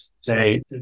say